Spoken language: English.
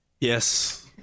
Yes